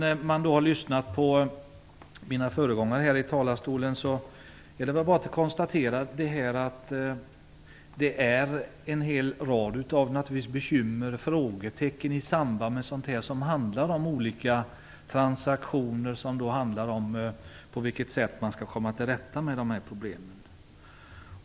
Efter att ha lyssnat på mina föregångare här i talarstolen kan jag konstatera att det finns en hel rad av bekymmer och frågetecken omkring transaktioner för att komma till rätta med dessa problem.